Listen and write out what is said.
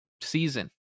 season